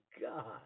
God